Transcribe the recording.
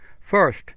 First